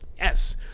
Yes